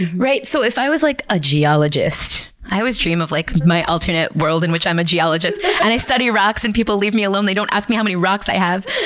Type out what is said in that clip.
so if i was like a geologist, i always dream of like my alternate world in which i'm a geologist and i study rocks and people leave me alone. they don't ask me how many rocks i have